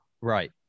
right